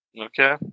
Okay